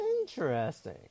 Interesting